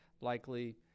likely